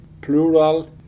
plural